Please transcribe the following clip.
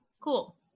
Cool